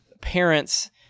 parents